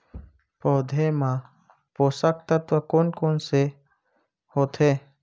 पौधे मा पोसक तत्व कोन कोन से होथे?